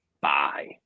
Bye